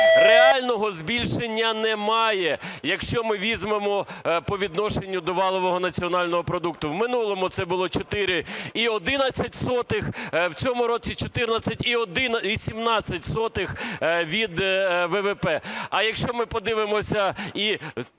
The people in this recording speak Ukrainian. реального збільшення немає. Якщо ми візьмемо по відношенню до валового національного продукту, в минулому це було 4,11, в цьому році – 14,17 від ВВП.